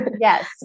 Yes